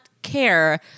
care